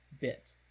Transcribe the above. bit